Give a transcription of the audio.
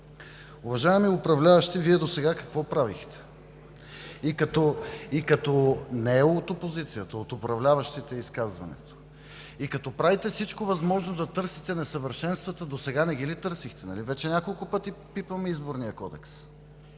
Уважаеми управляващи, Вие досега какво правихте? (Реплики от ГЕРБ.) Не е от опозицията, от управляващите е изказването. И като правите всичко възможно да търсите несъвършенствата, досега не ги ли търсихте? Нали вече няколко пъти пипаме Изборния кодекс,